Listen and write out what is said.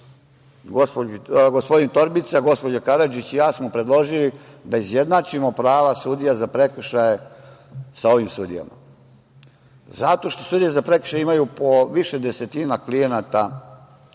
gospodin Torbica, gospođa Karadžić i ja, smo predložili da izjednačimo prava sudija za prekršaje sa ovim sudijama zato što sudije za prekršaje imaju po više desetina klijenata